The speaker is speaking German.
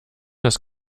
das